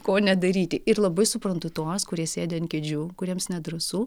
ko nedaryti ir labai suprantu tuos kurie sėdi ant kėdžių kuriems nedrąsu